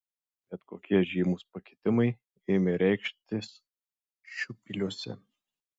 bet kokie žymūs pakitimai ėmė reikštis šiupyliuose